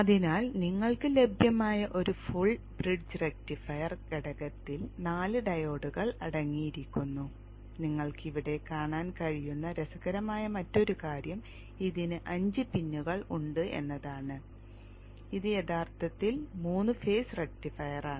അതിനാൽ നിങ്ങൾക്ക് ലഭ്യമായ ഒരു ഫുൾ ബ്രിഡ്ജ് റക്റ്റിഫയർ ഘടകത്തിൽ 4 ഡയോഡുകൾ അടങ്ങിയിരിക്കുന്നു നിങ്ങൾക്ക് ഇവിടെ കാണാൻ കഴിയുന്ന രസകരമായ മറ്റൊരു കാര്യം ഇതിന് 5 പിന്നുകൾ ഉണ്ട് എന്നതാണ് ഇത് യഥാർത്ഥത്തിൽ 3 ഫേസ് റക്റ്റിഫയറാണ്